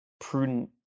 prudent